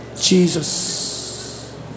Jesus